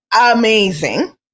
Amazing